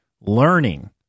learning